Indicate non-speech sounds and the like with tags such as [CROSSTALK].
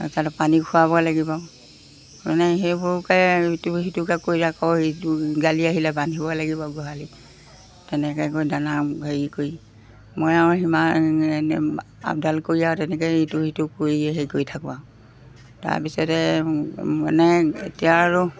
তাৰপিছতে পানী খুৱাব লাগিব মানে সেইবোৰকে ইটো সিটোকৈ কৰিলে আকৌ গালি আহিলে বান্ধিব লাগিব গোহালিত তেনেকৈ কৰি দানা হেৰি কৰি মই আৰু সিমান [UNINTELLIGIBLE] আপডাল কৰি আৰু তেনেকৈ ইটো সিটো কৰি হেৰি কৰি থাকোঁ আৰু তাৰপিছতে মানে এতিয়া আৰু